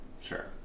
Sure